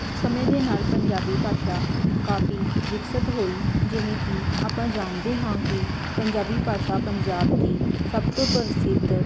ਸਮੇਂ ਦੇ ਨਾਲ ਪੰਜਾਬੀ ਭਾਸ਼ਾ ਕਾਫੀ ਵਿਕਸਿਤ ਹੋਈ ਜਿਵੇਂ ਕਿ ਆਪਾਂ ਜਾਣਦੇ ਹਾਂ ਕਿ ਪੰਜਾਬੀ ਭਾਸ਼ਾ ਪੰਜਾਬ ਦੀ ਸਭ ਤੋਂ ਪ੍ਰਸਿੱਧ